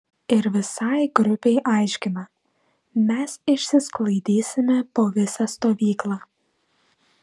ir visai grupei aiškina mes išsisklaidysime po visą stovyklą